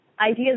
ideas